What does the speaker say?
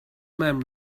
man